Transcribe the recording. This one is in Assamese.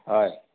হয়